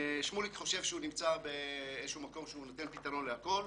שמוליק חושב שהוא נמצא באיזשהו מקום שהוא נותן פתרון לכל.